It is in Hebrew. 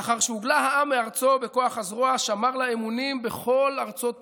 לאחר שהוגלה העם מארצו בכוח הזרוע שמר לה אמונים בכל ארצות פזוריו,